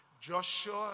Joshua